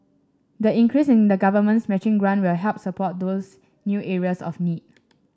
the increase in the government's matching grant will help support those new areas of need